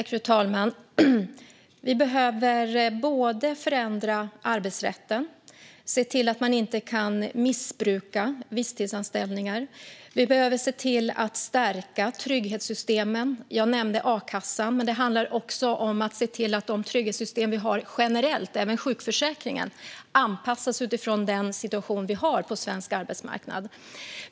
Fru talman! Vi behöver förändra arbetsrätten och se till att det inte går att missbruka visstidsanställningar. Vi behöver stärka trygghetssystemen. Jag nämnde a-kassan. Men det handlar också om att se till att de trygghetssystem som finns generellt, även sjukförsäkringen, anpassas utifrån den situation som finns på svensk arbetsmarknad.